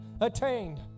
attained